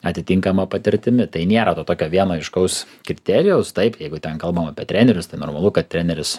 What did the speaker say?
atitinkama patirtimi tai nėra to tokio vieno aiškaus kriterijaus taip jeigu ten kalbama apie trenerius tai normalu kad treneris